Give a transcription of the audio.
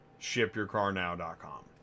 shipyourcarnow.com